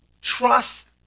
trust